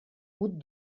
route